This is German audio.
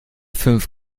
fünf